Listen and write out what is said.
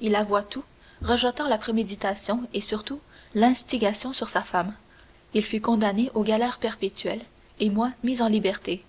il avoua tout rejetant la préméditation et surtout l'instigation sur sa femme il fut condamné aux galères perpétuelles et moi mis en liberté